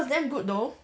it was damn good though